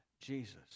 Jesus